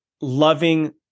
loving